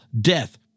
death